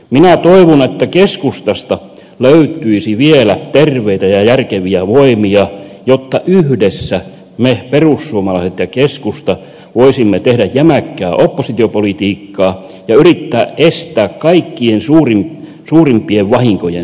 minä toivon että keskustasta löytyisi vielä terveitä ja järkeviä voimia jotta yhdessä me perussuomalaiset ja keskusta voisimme tehdä jämäkkää oppositiopolitiikkaa ja yrittää estää kaikkein suurimpien vahinkojen syntymisen